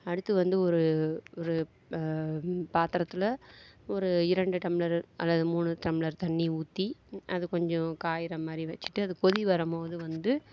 அடுத்து வந்து ஒரு ஒரு பாத்திரத்தில் ஒரு இரண்டு டம்ளர் அல்லது மூணு டம்ளர் தண்ணி ஊற்றி அது கொஞ்சம் காயிற மாதிரி வெச்சிட்டு அது கொதி வரும் போது வந்து